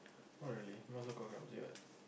oh really might as well call clumsy what